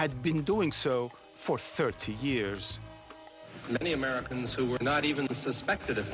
had been doing so for thirty years many americans who were not even suspected